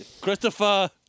Christopher